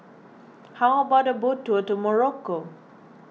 how about a boat tour to Morocco